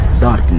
Darkness